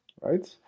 right